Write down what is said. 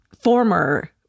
former